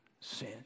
sin